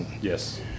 yes